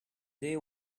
day